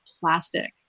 plastic